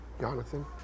Jonathan